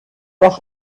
das